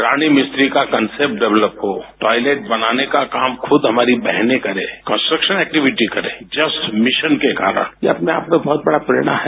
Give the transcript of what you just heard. रानी मिस्त्री का concept develop हुआ toilet बनाने का काम खुद हमारी बहने करें कंस्ट्रक्शन ऐक्टिविटी करें जस्ट मिशन के कारण ये अपने आप में बहुत बड़ी प्रेरणा है